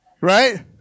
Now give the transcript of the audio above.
Right